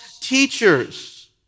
teachers